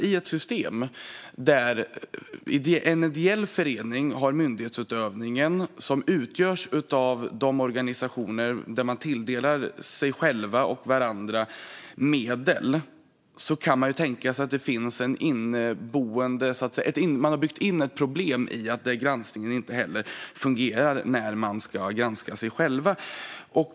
I ett system där en ideell förening som utgörs av organisationer som tilldelar sig själva och varandra medel står för myndighetsutövningen går det ju att tänka sig att det finns ett inneboende, eller inbyggt, problem i att granskningen inte fungerar när man ska granska sig själv.